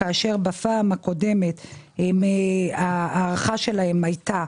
כאשר בפעם הקודמת ההערכה שלהם הייתה